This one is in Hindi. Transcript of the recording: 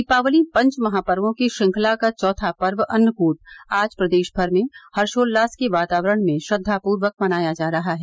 दीपावली पंचमहापवों की श्रृंखला का चौथा पर्व अन्नकूट आज प्रदेश भर में हर्षोल्लास के वातावरण में श्रद्वापूर्वक मनाया जा रहा है